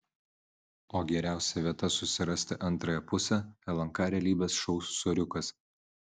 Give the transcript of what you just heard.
o geriausia vieta susirasti antrąją pusę lnk realybės šou soriukas